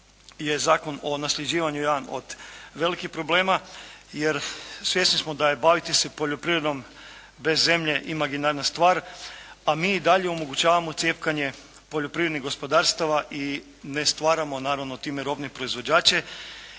Zakon o nasljeđivanju jedan od velikih problema, jer svjesni smo da je baviti se poljoprivredom bez zemlje imaginarna stvar pa mi i dalje omogućavamo cjepkanje poljoprivrednih gospodarstava i ne stvaramo, naravno time robne proizvođače